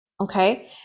okay